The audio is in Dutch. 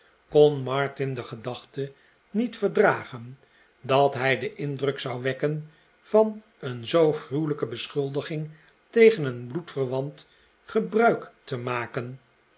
kon martin de gedachte niet verdragen dat hij den indruk zou wekken van een zoo gruwelijke beschuldiging tegen een bloedverwant gebruik te maken